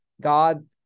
God